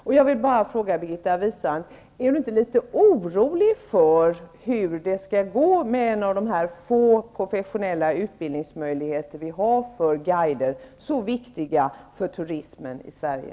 Är inte Birgitta Wistrand litet ororlig för hur det skall gå med en av de få möjligheter som finns i landet för utbildning av professionella guider, så viktiga för turismen i Sverige?